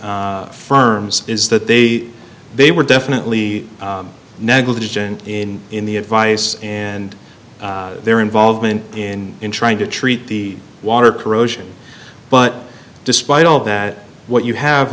firms is that they they were definitely negligent in in the advice and their involvement in in trying to treat the water corrosion but despite all of that what you have